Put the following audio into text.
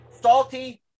salty